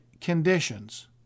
conditions